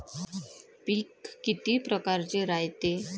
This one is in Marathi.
पिकं किती परकारचे रायते?